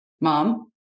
mom